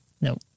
No